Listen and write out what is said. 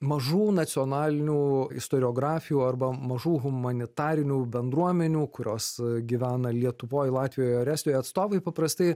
mažų nacionalinių istoriografijų arba mažų humanitarinių bendruomenių kurios gyvena lietuvoj latvijoj ar estijoj atstovai paprastai